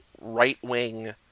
right-wing